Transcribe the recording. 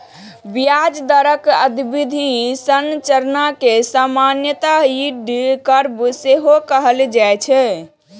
ब्याज दरक अवधि संरचना कें सामान्यतः यील्ड कर्व सेहो कहल जाए छै